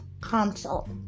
console